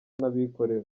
n’abikorera